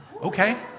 Okay